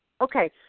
Okay